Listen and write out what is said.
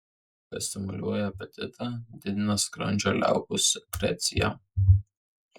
adžika stimuliuoja apetitą didindama skrandžio liaukų sekreciją